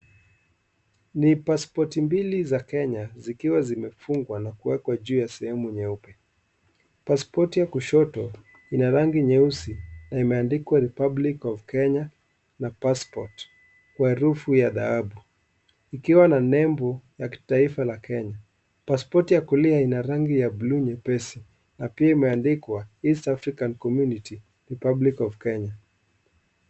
Ni paspoti mbili za Kenya zikiwa zimefungwa na kuwekwa juu ya sehemu nyeupe, paspoti ya kushoto ina rangi nyeusi na imeandikwa republic of Kenya na passport kwa herufi ya dhahabu ikiwa na nembo la kitaifa la Kenya paspoti ya kulia ina rangi ya bluu nyepesi na pia imeandikwa East Africa community republic of Kenya.